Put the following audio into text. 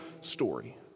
story